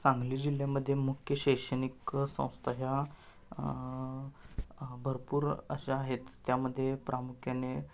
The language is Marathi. सांगली जिल्ह्यामध्ये मुख्य शैक्षणिक संस्था ह्या भरपूर अशा आहेत त्यामध्ये प्रामुख्याने